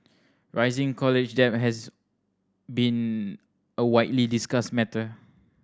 rising college debt has been a widely discussed matter